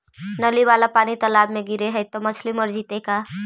नली वाला पानी तालाव मे गिरे है त मछली मर जितै का?